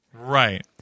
right